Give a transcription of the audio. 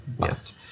Yes